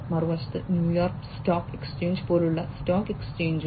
മറുവശത്ത് New York stock exchange പോലെയുള്ള stock എക്സ്ചേഞ്ചുകൾ